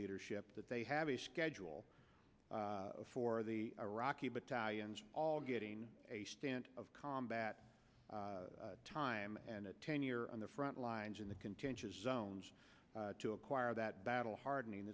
leadership that they have a schedule for the iraqi battalions all getting a stand of combat time and a ten year on the front lines in the contentious zones to acquire that battle hardening